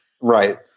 right